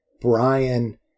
brian